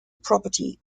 property